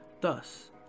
Thus